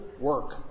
work